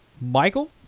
Michael